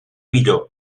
millor